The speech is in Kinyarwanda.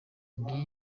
ngiyi